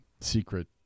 secret